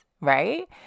right